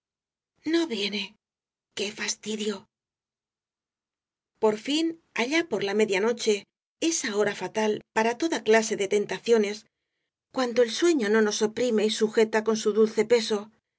no viene qué fastidio por fin allá por la media noche esa hora fatal para toda clase de tentaciones cuando el sueño no nos oprime y sujeta con su dulce peso